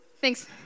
Thanks